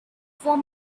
for